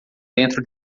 dentro